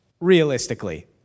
realistically